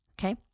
Okay